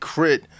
Crit